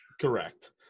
Correct